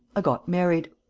got married.